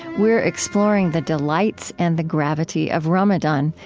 we're exploring the delights and the gravity of ramadan,